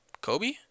Kobe